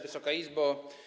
Wysoka Izbo!